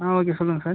ஆ okay சொல்லுங்கள் sir